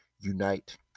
unite